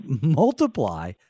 multiply